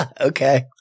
Okay